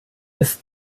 ist